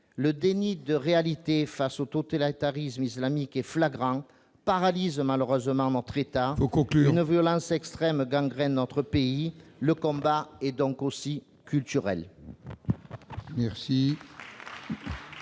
Le déni de réalité face au totalitarisme islamique est flagrant et paralyse malheureusement notre État. Il faut conclure ! Une violence extrême gangrène notre pays. Le combat est donc aussi culturel.